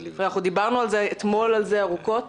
ואנחנו דיברנו על זה אתמול ארוכות,